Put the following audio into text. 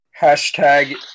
Hashtag